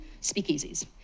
speakeasies